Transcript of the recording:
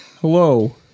Hello